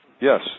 Yes